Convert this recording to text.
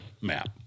map